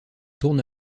tourne